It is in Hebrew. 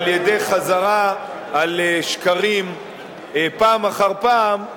על-ידי חזרה על שקרים פעם אחר פעם,